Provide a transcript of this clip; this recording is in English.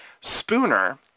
Spooner